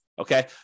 Okay